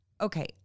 okay